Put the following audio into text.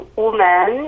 woman